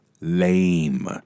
lame